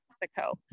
Mexico